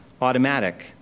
Automatic